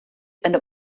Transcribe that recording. eine